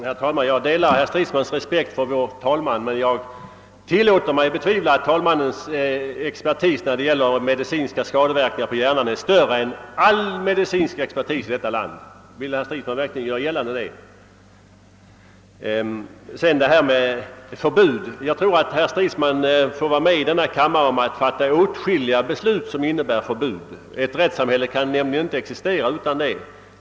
Herr talman! Jag delar herr Stridsmans respekt för vår talman, men jag tillåter mig betvivla att herr talmannens insikt om medicinska skadeverkningar på hjärnan är större än den all medicinsk expertis i detta land besitter. Vill herr Stridsman verkligen göra det gällande? Jag tror att herr Stridsman i denna kammare får vara med om att fatta åtskilliga beslut som innebär förbud. Ett rättssamhälle kan nämligen inte existera utan sådana.